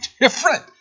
different